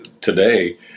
today